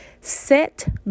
set